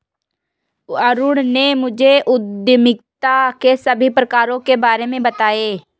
अरुण ने मुझे उद्यमिता के सभी प्रकारों के बारे में बताएं